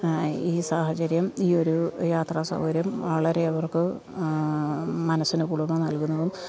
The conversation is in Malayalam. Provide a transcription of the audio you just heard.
ഈ സാഹചര്യം ഈയൊരു യാത്രാ സൗകര്യം വളരെ അവർക്ക് മനസ്സിന് കുളിർമ നൽകുന്നതും